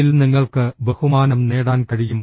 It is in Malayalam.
ഇതിൽ നിങ്ങൾക്ക് ബഹുമാനം നേടാൻ കഴിയും